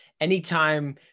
Anytime